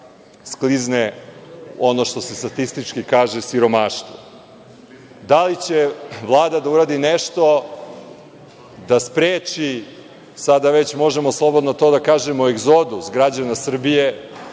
sklizne u ono što se statistički kaže siromaštvo. Da li će Vlada da uradi nešto da spreči, sada već slobodno možemo to da kažemo, egzodus građana Srbije